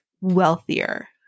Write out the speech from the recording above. wealthier